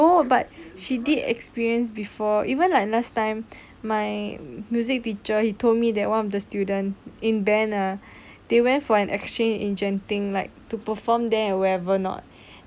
no but she did experience before even like last time my music teacher he told me that one of the student in band err they went for an exchange in genting like to perform there wherever not